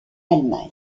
allemagne